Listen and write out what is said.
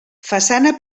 façana